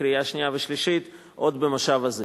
בקריאה שנייה וקריאה שלישית עוד במושב הזה.